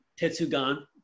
Tetsugan